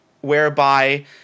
whereby